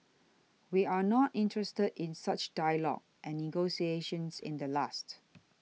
we are not interested in such dialogue and negotiations in the last